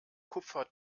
kupfer